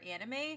anime